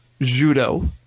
judo